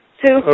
two